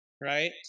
right